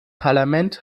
parlament